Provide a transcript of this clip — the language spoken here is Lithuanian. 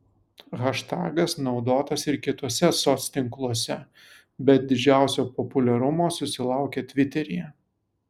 haštagas naudotas ir kituose soctinkluose bet didžiausio populiarumo susilaukė tviteryje